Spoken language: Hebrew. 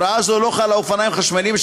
הוראה זו לא חלה על אופניים חשמליים,